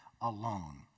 alone